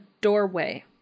doorway